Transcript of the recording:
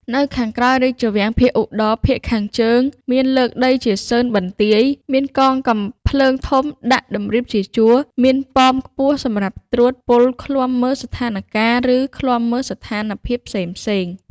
នៅខាងក្រោយរាជវាំងភាគឧត្ដរ (ភាគខាងជើង) មានលើកដីជាសឺនបន្ទាយ មានកងកាំភ្លើងធំដាក់ដំរៀបជាជួរ មានប៉មខ្ពស់សម្រាប់ត្រួតពលឃ្លាំមើលស្ថានកាល ឬ ឃ្លាំមើលស្ថានភាពផ្សេងៗ ។